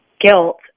guilt